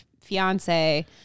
fiance